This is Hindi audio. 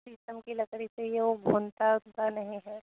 शीशम की लकड़ी चाहिए वह घुनता उनता नहीं है